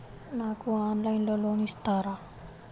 నాకు ఆన్లైన్లో లోన్ ఇస్తారా?